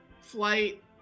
flight